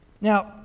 Now